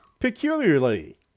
Peculiarly